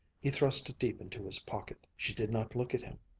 he thrust it deep into his pocket. she did not look at him.